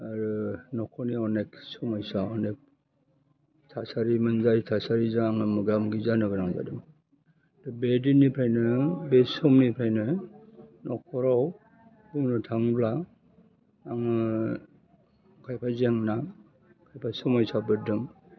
आरो नखरनिया अनेक समयसा अनेक थासारि मोनजायो थासारिजों आङो मोगा मोगि जानो गोनां जादों दा बे दिनिफ्रायनो बे समनिफ्रायनो नखराव बुंनो थाङोब्ला आङो खायफा जेंना खायफा समयसाफोरजों